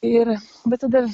ir bet tada